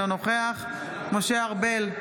אינו נוכח משה ארבל,